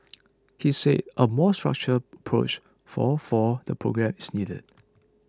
he said a more structured approach for for the programme is needed